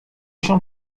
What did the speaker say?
się